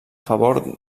favor